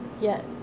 Yes